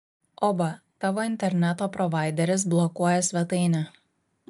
oba tavo interneto provaideris blokuoja svetainę